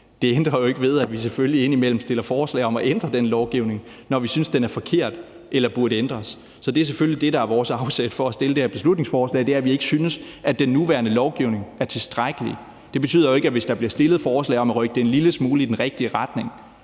Det ændrer jo ikke ved, at vi selvfølgelig indimellem fremsætter forslag om at ændre den lovgivning, når vi synes, den er forkert, eller at den burde ændres. Så det er selvfølgelig det, der er vores afsæt for at fremsætte det her beslutningsforslag, nemlig at vi ikke synes, at den nuværende lovgivning er tilstrækkelig. Det betyder jo ikke, at vi, hvis der bliver fremsat forslag om at rykke det en lille smule i den rigtige retning,